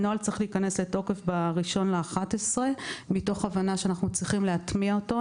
הנוהל צריך להיכנס לתוקף ב-1.11 מתוך הבנה שאנחנו צריכים להטמיע אותו,